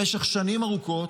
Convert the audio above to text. במשך שנים ארוכות,